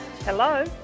Hello